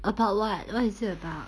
about what what is it about